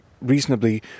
reasonably